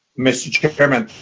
mr. chairman,